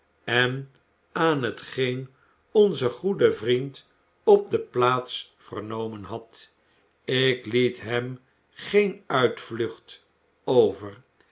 en aan hetgeen onze goede vriend op de plaats vernomen had ik liet hem geen uitvlucht over